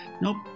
Nope